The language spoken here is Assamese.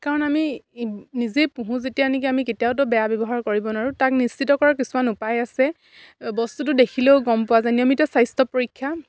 কাৰণ আমি নিজেই পুহোঁ যেতিয়া নেকি আমি কেতিয়াওতো বেয়া ব্যৱহাৰ কৰিব নোৱাৰোঁ তাক নিশ্চিত কৰা কিছুমান উপায় আছে বস্তুটো দেখিলেও গম পোৱা যায় নিয়মিত স্বাস্থ্য পৰীক্ষা